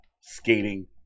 skating